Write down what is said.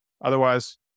otherwise